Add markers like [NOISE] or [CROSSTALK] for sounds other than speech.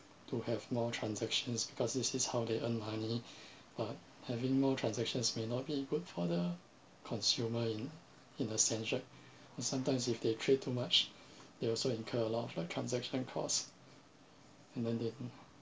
to have more transactions because this is how they earn money [BREATH] but having more transactions may not be good for the consumer in in a sense right [BREATH] and sometimes if they trade too much [BREATH] they also incur a lot of like transaction costs and then they